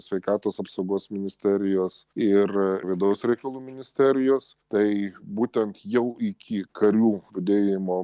sveikatos apsaugos ministerijos ir vidaus reikalų ministerijos tai būtent jau iki karių budėjimo